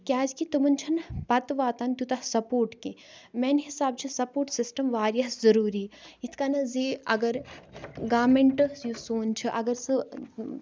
کیازِ کہِ تُمن چھُنہٕ پَتہٕ واتان تیوٗتاہ سَپوٹ کیٚنٛہہ میانہِ حساب چھِ سَپوٹ سِسٹَم واریاہ ضروٗری یِتھ کَنَن زِ اَگر گارمینٹس یُس سون چھُ اگر سُہ